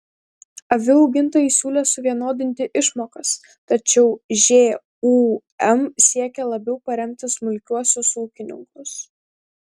avių augintojai siūlė suvienodinti išmokas tačiau žūm siekė labiau paremti smulkiuosius ūkininkus